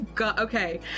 Okay